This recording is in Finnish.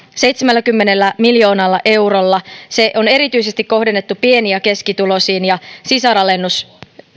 seitsemälläkymmenellä miljoonalla eurolla se on erityisesti kohdennettu pieni ja keskituloisiin ja sisaralennus